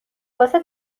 واسه